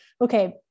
okay